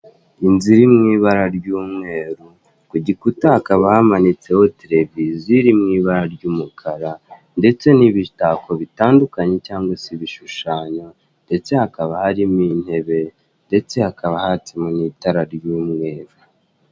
Inzu iri mu ibara ry'umweru ku gikuta hakaba hamanitseho tereviziyo iri mu ibar ry'umukara, ndetse n'ibitako bitandukanye cyangwa se ibishushanyo, hakaba harimo intebe ndetse hakaba hakamo n'ibara ry'umweru.